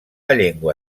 llengua